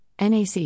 NAC